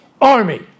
army